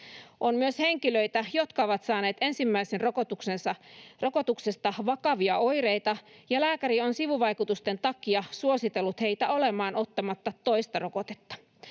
On myös henkilöitä, jotka ovat saaneet ensimmäisestä rokotuksesta vakavia oireita, ja lääkäri on sivuvaikutusten takia suositellut heitä olemaan ottamatta toista rokotetta.